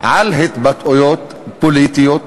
על התבטאויות פוליטיות,